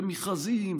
ומכרזים,